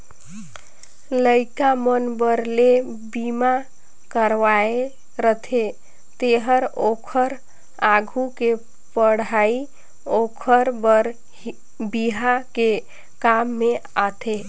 लइका मन बर जे बिमा करवाये रथें तेहर ओखर आघु के पढ़ई ओखर बर बिहा के काम में आथे